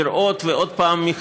לראות ולהתחבר עוד פעם,